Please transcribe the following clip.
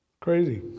Crazy